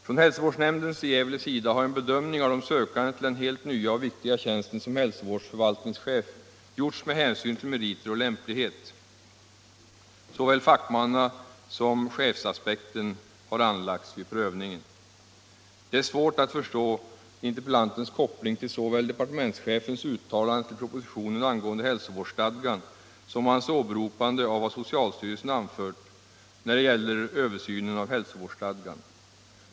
Från hälsovårdsnämndens i Gävle sida har en bedömning av de sökande till den helt nya och viktiga tjänsten som hälsovårdsförvaltningschef gjorts med hänsyn till meriter och lämplighet. Såväl fackmannasom chefsaspekter har anlagts vid prövningen. Det är svårt att förstå interpellantens koppling till såväl departementschefens uttalande i propositionen angående hälsovårdsstadgan som hans åberopande av vad socialstyrelsen anfört när det gäller översynen av hälsovårdsstadgan.